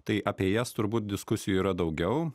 tai apie jas turbūt diskusijų yra daugiau